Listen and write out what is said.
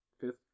fifth